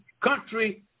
country